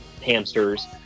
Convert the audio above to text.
Hamsters